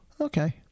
Okay